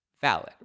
Valid